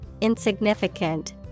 insignificant